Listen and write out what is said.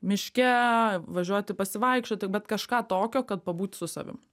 miške važiuoti pasivaikščioti bet kažką tokio kad pabūti su savim